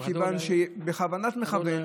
מכיוון שבכוונת מכוון,